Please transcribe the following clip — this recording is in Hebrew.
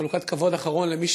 בחלוקת כבוד אחרון למי